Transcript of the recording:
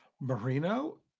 Marino